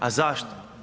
A zašto?